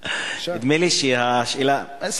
נדמה לי שהשאלה, בבקשה.